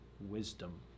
wisdom